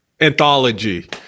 anthology